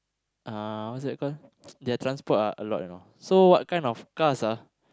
ah what's that call their transport ah a lot you know so what kind of cars ah